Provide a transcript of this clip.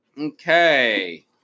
Okay